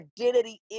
identity